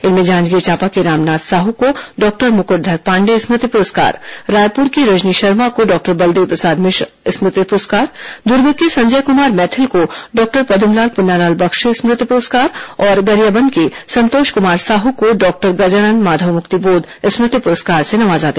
इनमें जांजगीर चांपा के रामनाथ साहू को डॉक्टर मुकृटधर पाण्डेय स्मृति पुरस्कार रायपुर की रजनी शर्मा को डॉक्टर बलदेव प्रसाद मिश्र स्मृति पुरस्कार दुर्ग के संजय कुमार मैथिल को डॉक्टर पद्मलाल पुन्नालाल बक्शी स्मृति पुरस्कार और गरियाबंद के संतोष कुमार साहू को डॉक्टर गजानन्द माधव मुक्तिबोध स्मृति पुरस्कार से नवाजा गया